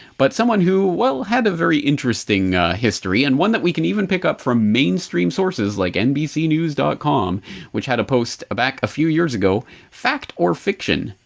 but someone who, well, had a very interesting history and one that we can even pick up from mainstream sources like nbcnews dot com which had a post back a few years ago fact or fiction?